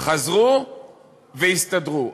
חזרו והסתדרו.